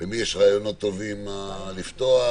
למי יש רעיונות טובים לפתוח.